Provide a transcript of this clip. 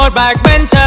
um back bencher.